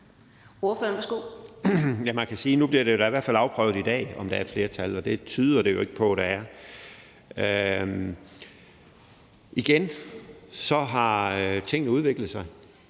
nu bliver det da i hvert fald afprøvet i dag, om der er et flertal, og det tyder det jo ikke på at der er. Igen vil jeg sige,